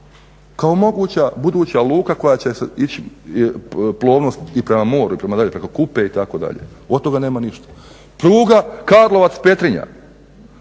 kao moguća buduća luka koja će ići plovnost i prema moru i prema dalje preko Kupe itd., od toga nema ništa. Pruga Karlovac-Petrinja,